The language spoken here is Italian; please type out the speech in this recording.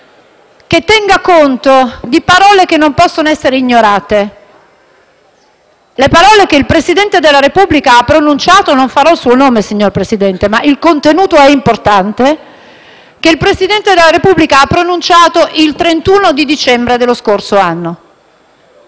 che tenga conto di parole che non possono essere ignorate: le parole che il Presidente della Repubblica ha pronunciato - non farò il suo nome,